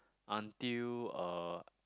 until uh